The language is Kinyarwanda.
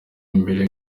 mbere